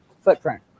footprint